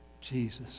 Jesus